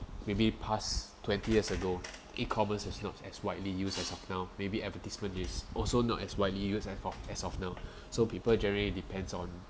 maybe past twenty years ago e-commerce is not as widely used as of now maybe advertisement is also not as widely used af of as of now so people generally depends on